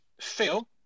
Phil